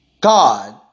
God